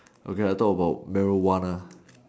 okay I talk about merger one